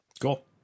Cool